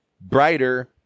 brighter